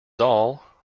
all